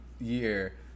year